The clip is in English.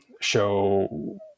show